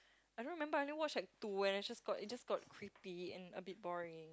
I don't remember I only watch like two and I just got it just got creepy and a bit boring